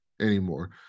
anymore